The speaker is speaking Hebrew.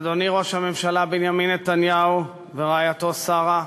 אדוני ראש הממשלה בנימין נתניהו ורעייתו שרה,